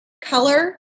color